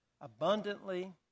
abundantly